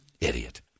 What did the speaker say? Idiot